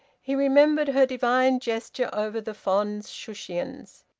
he remembered her divine gesture over the fond shushions.